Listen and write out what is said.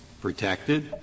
protected